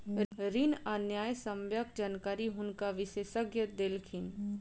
ऋण आ न्यायसम्यक जानकारी हुनका विशेषज्ञ देलखिन